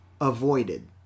avoided